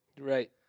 right